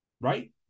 right